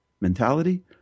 mentality